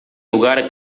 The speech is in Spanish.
lugar